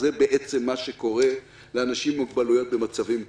זה בעצם מה שקורה לאנשים עם מוגבלויות במצבים כאלה.